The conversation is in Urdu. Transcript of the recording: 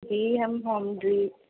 جی ہم ہم بھی